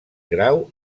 grau